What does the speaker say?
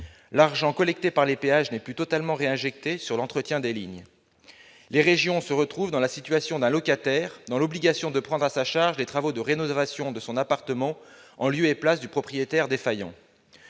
L'argent collecté par les péages n'est plus totalement réinjecté sur l'entretien des lignes. Les régions se retrouvent dans la situation d'un locataire dans l'obligation de prendre à sa charge les travaux de rénovation de son appartement en lieu et place du propriétaire défaillant.